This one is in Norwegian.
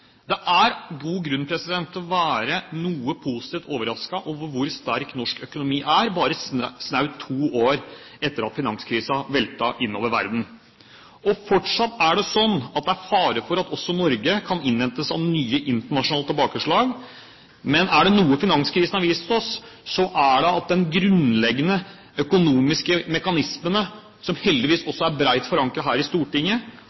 Det er god grunn til å være noe positivt overrasket over hvor sterk norsk økonomi er, snaut to år etter at finanskrisen veltet inn over verden. Fortsatt er det slik at det er fare for at også Norge kan innhentes av nye internasjonale tilbakeslag. Men er det noe finanskrisen har vist oss, er det at de grunnleggende økonomiske mekanismene vi har bygd opp rundt norsk økonomisk politikk, som heldigvis også er bredt forankret her i Stortinget,